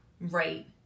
right